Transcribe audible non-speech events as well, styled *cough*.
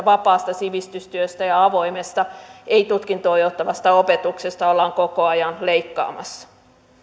*unintelligible* vapaasta sivistystyöstä ja avoimesta ei tutkintoon johtavasta opetuksesta ollaan koko ajan leikkaamassa